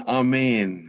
amen